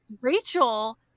Rachel